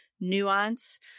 nuance